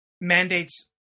mandates